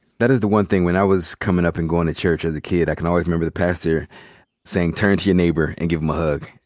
that is the one thing when i was coming up and going to church as a kid i can always remember the pastor saying, turn to your neighbor and give em a hug.